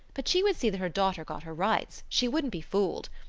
but she would see that her daughter got her rights she wouldn't be fooled.